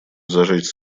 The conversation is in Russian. зажечь